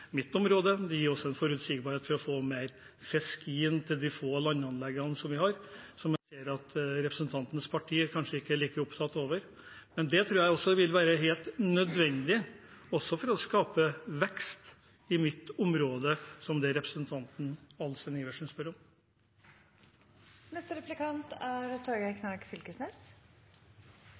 mitt område. Det gir også en forutsigbarhet for å få mer fisk inn til de få landanleggene vi har, og som jeg ser at representantens parti kanskje ikke er like opptatt av. Det tror jeg vil være helt nødvendig også for å skape vekst i mitt område, som representanten Adelsten Iversen spør om. At dei raud-grøne sin fiskeripolitikk er